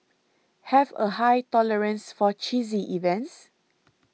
have a high tolerance for cheesy events